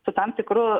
su tam tikru